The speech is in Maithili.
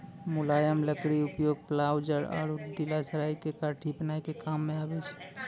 मुलायम लकड़ी के उपयोग प्लायउड आरो दियासलाई के काठी बनाय के काम मॅ आबै छै